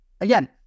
Again